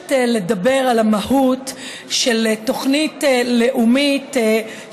מבקשת לדבר על המהות של תוכנית לאומית,